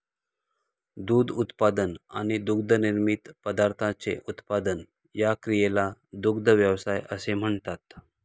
दूध उत्पादन आणि दुग्धनिर्मित पदार्थांचे उत्पादन या क्रियेला दुग्ध व्यवसाय असे म्हणतात